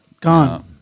Gone